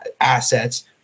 assets